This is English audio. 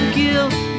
guilt